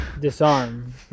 Disarm